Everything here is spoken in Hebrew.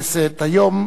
היום